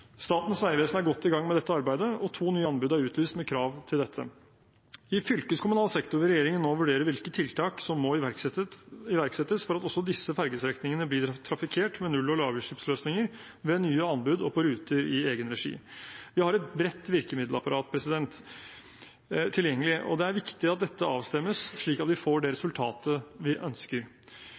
Statens vegvesen er godt i gang med dette arbeidet, og to nye anbud er utlyst med krav til dette. I fylkeskommunal sektor vil regjeringen nå vurdere hvilke tiltak som må iverksettes for at også disse fergestrekningene blir trafikkert med null- og lavutslippsløsninger ved nye anbud og på ruter i egen regi. Vi har et bredt virkemiddelapparat tilgjengelig, og det er viktig at dette avstemmes, slik at vi får det resultatet vi ønsker.